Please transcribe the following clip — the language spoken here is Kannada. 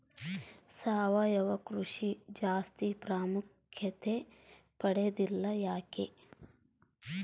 ಸಾವಯವ ಕೃಷಿ ಜಾಸ್ತಿ ಪ್ರಾಮುಖ್ಯತೆ ಪಡೆದಿಲ್ಲ ಯಾಕೆ?